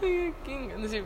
juokinga nu šiaip